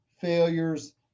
failures